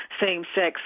same-sex